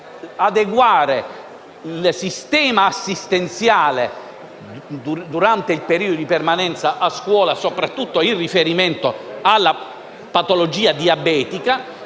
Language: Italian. adeguare il sistema assistenziale durante il periodo di permanenza a scuola, soprattutto con riferimento alla patologia diabetica